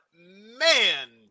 man